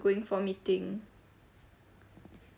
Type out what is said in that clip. going for meeting